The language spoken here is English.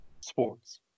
sports